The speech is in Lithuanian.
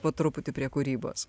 po truputį prie kūrybos